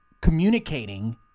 communicating